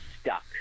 stuck